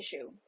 issue